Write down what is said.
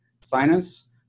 sinus